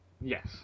Yes